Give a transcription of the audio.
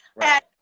right